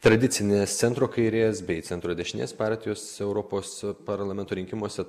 tradicinės centro kairės bei centro dešinės partijos europos parlamento rinkimuose